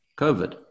COVID